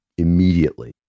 immediately